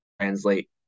translate